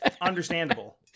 understandable